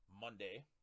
monday